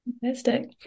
Fantastic